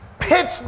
pitch